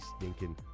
stinking